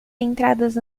entradas